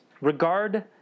regard